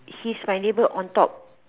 he's my neighbour on top